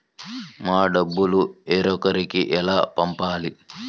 మన డబ్బులు వేరొకరికి ఎలా పంపాలి?